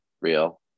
real